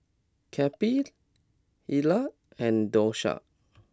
Cappie Ila and Doshia